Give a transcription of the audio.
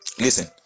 Listen